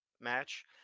match